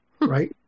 right